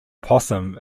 possum